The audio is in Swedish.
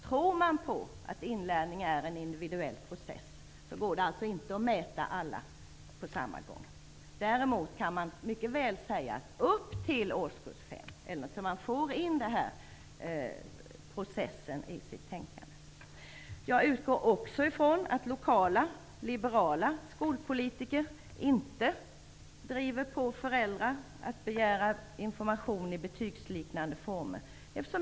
Tror man på att inlärning är en individuell process går det inte att mäta alla på samma gång. Däremot kan man mycket väl säga att man skall mäta kunskapen upp till årskurs 5, så att man får in processen i sitt tänkande. Jag utgår också ifrån att lokala liberala skolpolitiker inte driver på föräldrar att begära information i betygsliknande former.